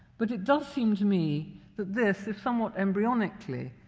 but it does seem to me that this, if somewhat embryonically,